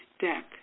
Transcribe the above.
deck